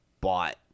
bought